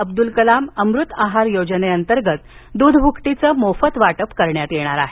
अब्द्ल कलाम अमृत आहार योजनेअंतर्गत दुध भूकटीचं मोफत वाटप करण्यात येणार आहे